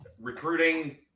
Recruiting